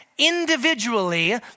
Individually